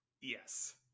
Yes